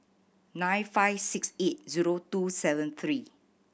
nine five six eight zero two seven three